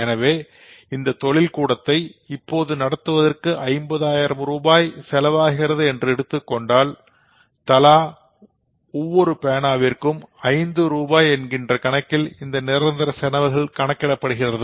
எனவே இந்த தொழில் கூடத்தை இப்பொழுது நடத்துவதற்கு 50000 ரூபாய் செலவாகிறது என்று எடுத்துக்கொண்டோம் என்றால் தலா அது ஒரு பேனா விற்கும் 5 ரூபாய் என்ற கணக்கில் இந்த நிரந்தர செலவுகள் கணக்கிடப்படுகிறது